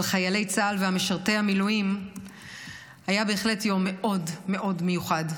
חיילי צה"ל ומשרתי המילואים היה בהחלט יום מאוד מאוד מיוחד.